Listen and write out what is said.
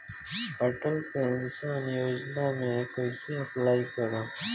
Atal pension Yojana मे कैसे apply करेम?